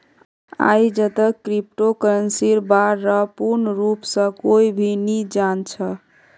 आईजतक क्रिप्टो करन्सीर बा र पूर्ण रूप स कोई भी नी जान छ